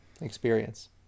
experience